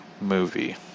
movie